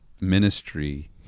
ministry